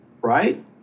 Right